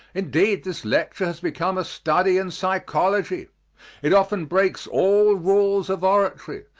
indeed, this lecture has become a study in psychology it often breaks all rules of oratory,